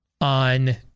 on